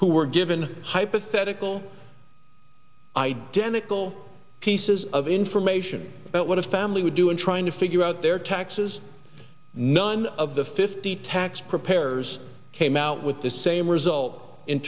who were given hypothetical identical pieces of information about what a family would do in trying to figure out their taxes none of the fifty tax preparers came out with the same result in